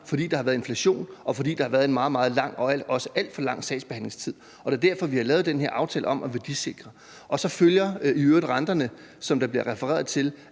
fordi der har været en sagsbehandlingstid, der har været meget, meget lang og også alt for lang. Det er derfor, vi har lavet den her aftale om at værdisikre. Så følger renterne, som der bliver refereret til,